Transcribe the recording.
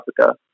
Africa